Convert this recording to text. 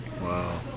Wow